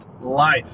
Life